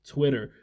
Twitter